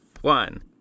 one